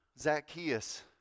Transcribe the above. Zacchaeus